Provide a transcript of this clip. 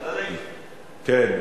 אדוני,